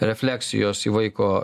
refleksijos į vaiko